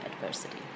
adversity